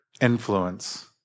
influence